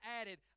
added